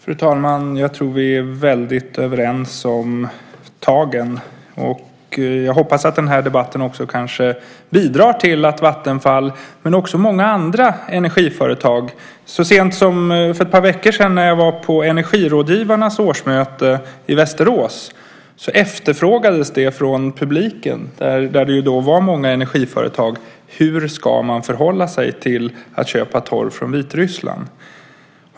Fru talman! Jag tror att vi är väldigt överens om tagen. Jag hoppas att den här debatten kan bidra till att påverka Vattenfall, men också många andra energiföretag. Så sent som för ett par veckor sedan när jag var på Energirådgivarnas årsmöte i Västerås efterfrågades det från publiken, där det var många energiföretag: Hur ska man förhålla sig till att köpa torv från Vitryssland?